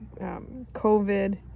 covid